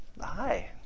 hi